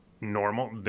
normal